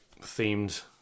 themed